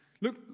Look